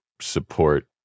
support